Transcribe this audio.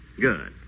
Good